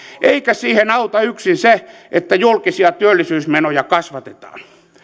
eikä siihen auta yksin se että julkisia työllisyysmenoja kasvatetaan